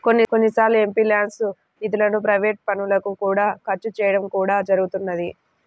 కొన్నిసార్లు ఎంపీల్యాడ్స్ నిధులను ప్రైవేట్ పనులకు ఖర్చు చేయడం కూడా జరుగుతున్నది